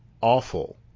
awful